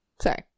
Sorry